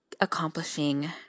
accomplishing